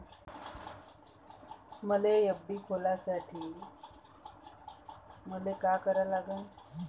मले एफ.डी खोलासाठी मले का करा लागन?